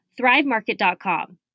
thrivemarket.com